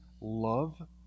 love